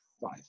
Five